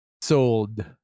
sold